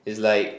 it's like